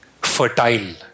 fertile